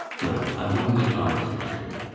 well, i wouldn't advise you to.